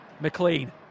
McLean